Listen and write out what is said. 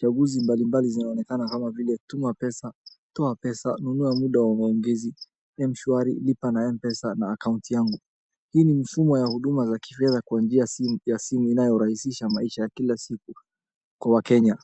cheguzi mbalimbali zinaonekana kama vile tuma pesa, toa pesa, nunua muda wa maongezi, mshwari, lipa na Mpesa na akaunti yangu. Hii ni mfumo ya huduma za kifedha kwa njia ya simu inayorahisisha maisha ya kila siku kwa Wakenya.